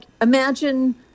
imagine